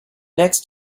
next